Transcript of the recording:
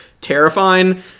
terrifying